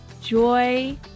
joy